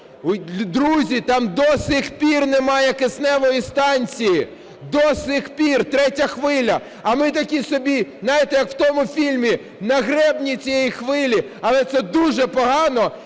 Друзі, там до сих пір немає кисневої станції, до сих пір, третя хвиля. А ми такі собі, знаєте, як в тому фільми, на гребні цієї хвилі, але це дуже погано